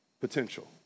potential